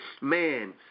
man